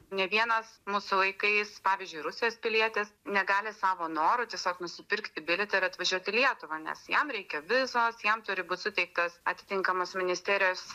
ne vienas mūsų laikais pavyzdžiui rusijos pilietis negali savo noru tiesiog nusipirkti bilietą ir atvažiuot į lietuvą nes jam reikia vizos jam turi būt suteiktas atitinkamos ministerijos